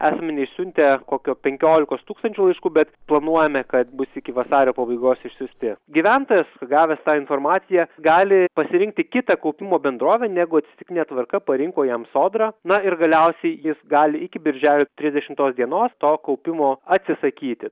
asmenys siuntę kokio penkiolikos tūkstančių laiškų bet planuojame kad bus iki vasario pabaigos išsiųsti gyventojas gavęs tą informaciją gali pasirinkti kitą kaupimo bendrovę negu atsitiktine tvarka parinko jam sodra na ir galiausiai jis gali iki birželio trisdešimtos dienos to kaupimo atsisakyti